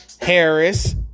Harris